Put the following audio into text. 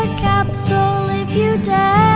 capsule if you dare